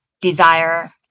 desire